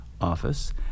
office